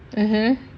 (uh huh)